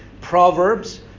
Proverbs